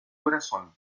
corazón